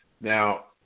Now